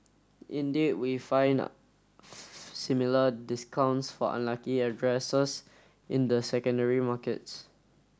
indeed we find similar discounts for unlucky addresses in the secondary markets